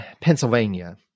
Pennsylvania